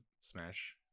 Smash